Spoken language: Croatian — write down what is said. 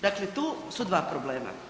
Dakle, tu su dva problema.